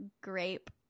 grape